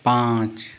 पाँच